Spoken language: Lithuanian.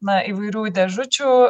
na įvairių dėžučių